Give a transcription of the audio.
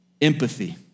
empathy